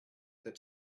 that